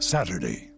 Saturday